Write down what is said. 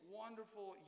wonderful